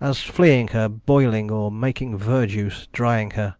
as fleaing her, boyling, or making verjuice, drying her.